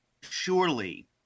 surely